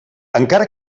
encara